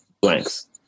blanks